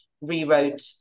rewrote